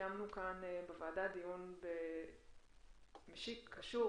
קיימנו כאן בוועדה דיון משיק וקשור